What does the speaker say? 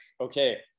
okay